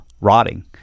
rotting